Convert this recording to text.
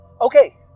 Okay